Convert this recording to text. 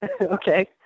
Okay